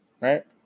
right